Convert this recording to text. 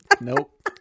nope